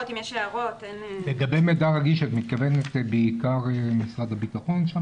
לגבי מידע רגיש, את מתכוונת בעיקר משרד הביטחון?